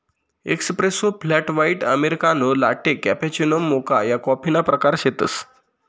espresso, flat white, americano, latte, cappuccino, mocha या कॉफीना प्रकार शेतसं